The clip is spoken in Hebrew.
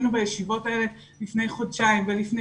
היינו בישיבות האלה לפני חודשיים ולפני